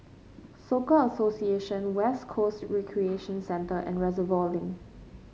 Soka Association West Coast Recreation Centre and Reservoir Link